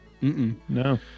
no